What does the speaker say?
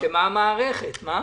אשמה המערכת.